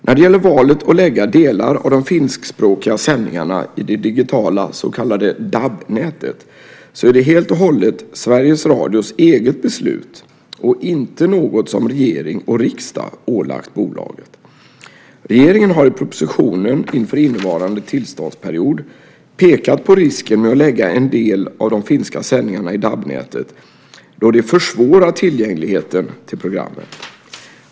När det gäller valet att lägga delar av de finskspråkiga sändningarna i det digitala DAB-nätet så är det helt och hållet Sveriges Radios eget beslut och inte något som regering och riksdag ålagt bolaget. Regeringen har i propositionen inför innevarande tillståndsperiod pekat på risken med att lägga en del av de finska sändningarna i DAB-nätet då det försvårar tillgängligheten till programmen.